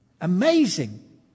Amazing